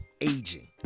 aging